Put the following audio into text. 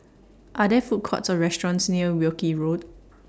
Are There Food Courts Or restaurants near Wilkie Road